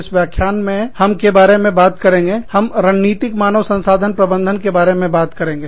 इस व्याख्यान में हम के बारे में बात करेंगे हम रणनीतिक रणनीति संबंधी मानव संसाधन प्रबंधन के बारे में बात करेंगे